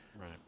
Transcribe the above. right